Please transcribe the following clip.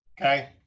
Okay